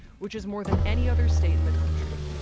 which is more than any other state in the country.